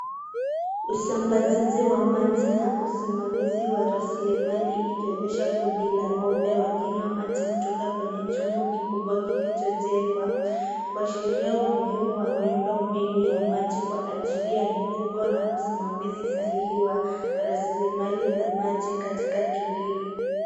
Usambazaji wa maji na usimamizi wa raslimali ikionyesha kundi la ng'ombe wakinywa maji kutoka kwenye chombo kikubwa kilicho jengwa. Kuashiria umuhimu wa miundo mbinu ya maji kwa ajiri ya mifugo na usimamizi sahihi wa raslimali za maji katika kilimo.